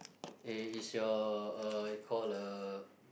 eh is your uh call a